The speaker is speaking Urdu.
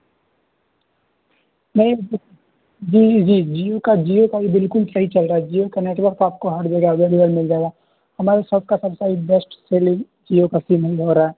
نہیں جی جی جی جیو کا جیو کا بھی بالکل صحیح چل رہا ہے جیو کا نیٹ ورک آپ کو ہر جگہ اویلیبل مل جائے گا ہمارے سب کا سب سے بیسٹ سیلگ جیو کا سیم ہو رہا ہے